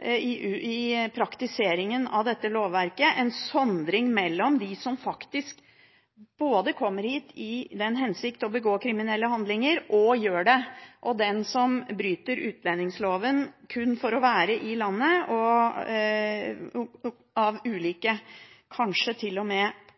I praktiseringen av dette lovverket må det være en sondring mellom dem som kommer hit i den hensikt å begå kriminelle handlinger – og gjør det – og dem som bryter utlendingsloven kun for å være i landet av ulike, kanskje